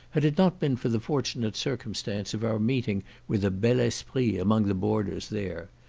had it not been for the fortunate circumstance of our meeting with a bel esprit among the boarders there.